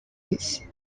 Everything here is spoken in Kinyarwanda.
isi